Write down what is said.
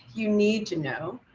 you need to know.